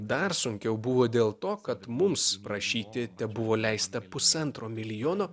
dar sunkiau buvo dėl to kad mums prašyti tebuvo leista pusantro milijono